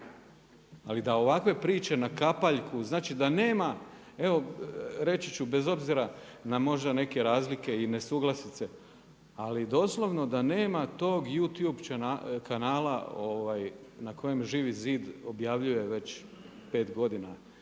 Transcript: Ali da ovakve priče na kapaljku, znači da nema, reći ću bez obzira na možda neke razlike i nesuglasice, ali doslovno da nema tog Youtube kanala na kojem Živi zid objavljuje već 5 godina